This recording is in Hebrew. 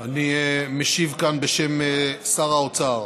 אני משיב כאן בשם שר האוצר.